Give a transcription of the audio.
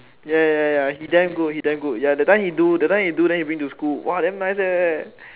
ya ya ya ya he damn good he damn good ya that time he do that time he do then he bring to school damn nice eh